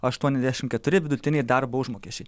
aštuoniasdešim keturi vidutiniai darbo užmokesčiai